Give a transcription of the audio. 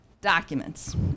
documents